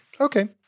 Okay